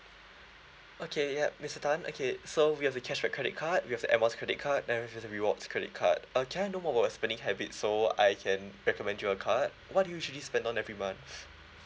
okay ya mister tan okay so we have the cashback credit card we have the air miles credit card and then the rewards credit card uh can I know more about your spending habits so I can recommend you a card what do you usually spend on every month